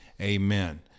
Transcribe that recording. Amen